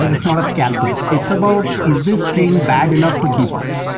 it's not a scalpel. it's about is this thing bad enough to keep up?